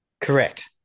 Correct